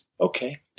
Okay